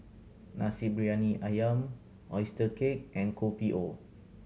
Nasi Briyani Ayam oyster cake and Kopi O